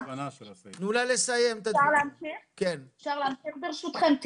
אפשר להמשיך ברשותכם?